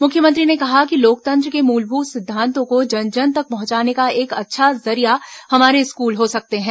मुख्यमंत्री ने कहा कि लोकतंत्र के मूलभूत सिद्वांतों को जन जन तक पहुंचाने का एक अच्छा जरिया हमारे स्कूल हो सकते हैं